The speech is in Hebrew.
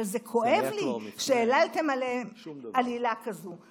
אבל זה כואב לי שהעללתם עלילה כזאת.